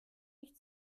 nicht